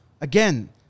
Again